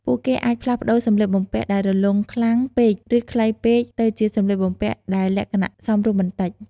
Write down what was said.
ពួកគេអាចផ្លាស់ប្តូរសម្លៀកបំពាក់ដែលរលុងខ្លាំងពេក ឬខ្លីពេកទៅជាសម្លៀកបំពាក់ដែលលក្ខណៈសមរម្យបន្តិច។